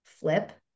flip